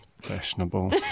Fashionable